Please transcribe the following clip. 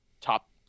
top